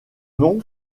nom